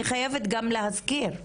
אני חייבת גם להזכיר,